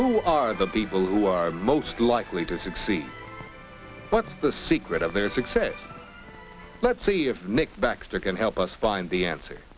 who are the people who are most likely to succeed what's the secret of their success let's see if nick baxter can help us find the answer